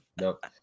Nope